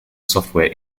software